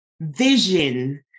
vision